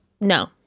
No